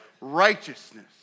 righteousness